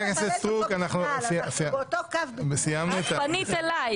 אני לא מטרללת אותו בכלל --- את פנית אליי.